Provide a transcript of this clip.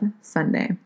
Sunday